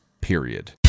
period